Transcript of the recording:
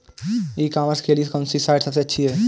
ई commerce के लिए कौनसी साइट सबसे अच्छी है?